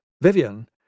Vivian